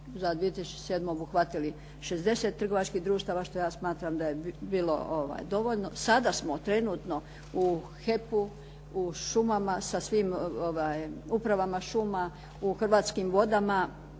za 2007. obuhvatili 60 trgovačkih društava što ja smatram da je bilo dovoljno. Sada smo trenutno u HEP-u, u šumama, sa svim upravama šuma, u Hrvatskim vodama,